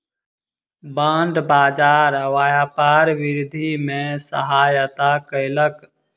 bond बाजार व्यापार वृद्धि में सहायता केलक